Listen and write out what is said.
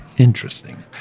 Interesting